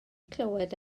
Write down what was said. clywed